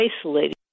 isolated